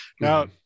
Now